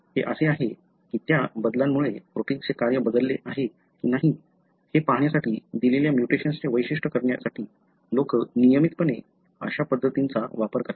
हे असे आहे की त्या बदलामुळे प्रोटिन्सचे कार्य बदलले आहे की नाही हे पाहण्यासाठी दिलेल्या म्यूटेशनचे वैशिष्ट्य करण्यासाठी लोक नियमितपणे अशा पद्धतींचा वापर करतात